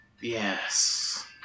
Yes